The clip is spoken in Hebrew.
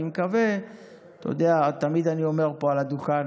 אתה יודע, תמיד אני אומר פה על הדוכן,